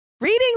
Reading